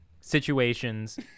situations